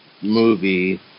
movie